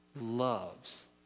loves